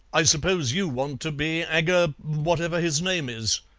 i suppose you want to be aga whatever his name is?